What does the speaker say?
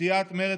סיעת מרצ,